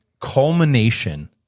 culmination